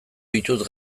ditut